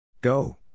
Go